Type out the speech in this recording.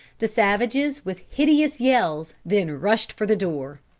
the savages, with hideous yells, then rushed for the door.